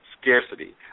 scarcity